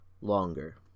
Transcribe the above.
longer